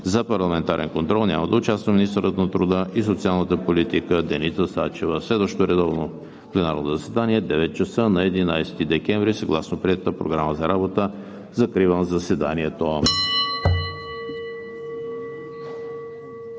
за парламентарен контрол няма да участва министърът на труда и социалната политика Деница Сачева. Следващото редовно пленарно заседание – 9,00 ч. на 11 декември 2020 г., съгласно приетата Програма за работа. Закривам заседанието.